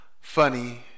Funny